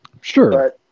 Sure